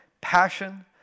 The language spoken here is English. passion